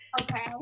okay